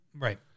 Right